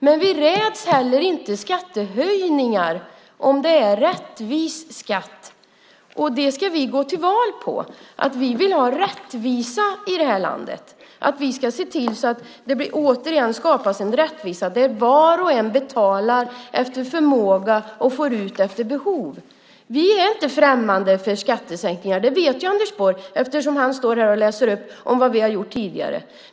Men vi räds inte heller skattehöjningar om det är rättvis skatt. Det ska vi gå till val på. Vi vill ha rättvisa i det här landet. Vi ska se till att det återigen skapas en rättvisa där var och en betalar efter förmåga och får ut efter behov. Vi är inte främmande för skattesänkningar. Det vet Anders Borg eftersom han står här och läser upp vad vi har gjort tidigare.